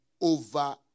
over